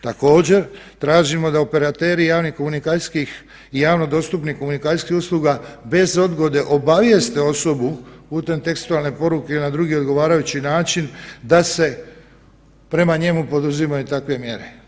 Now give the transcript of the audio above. Također, tražimo da operateri javnih komunikacijskih i javno dostupnih komunikacijskih usluga bez odgode obavijeste osobu putem tekstualne poruke ili na drugi odgovarajući način da se prema njemu poduzimaju takve mjere.